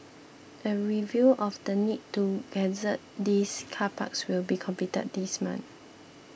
a review of the need to gazette these car parks will be completed this month